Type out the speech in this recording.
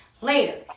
later